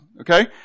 okay